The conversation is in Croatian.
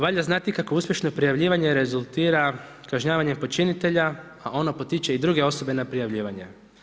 Valja znati kako uspješno prijavljivanje rezultira kažnjavanjem počinitelja, a ono potiče i druge osobe na prijavljivanje.